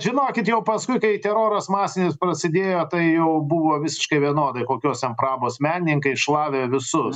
žinokit jau paskui kai teroras masinis prasidėjo tai jau buvo visiškai vienodai kokios ten prabos menininkai šlavė visus